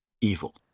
evil